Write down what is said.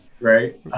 Right